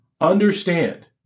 understand